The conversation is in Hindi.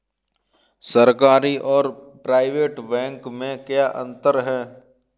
सरकारी और प्राइवेट बैंक में क्या अंतर है?